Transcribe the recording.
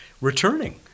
returning